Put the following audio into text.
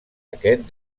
aquest